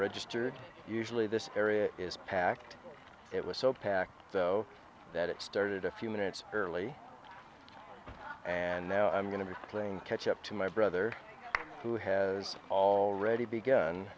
registered usually this area is packed it was so packed so that it started a few minutes early and now i'm going to be playing catch up to my brother who has already be